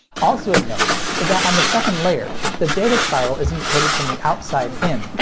also of note as that on the second layer, the data spiral is encoded from the outside in,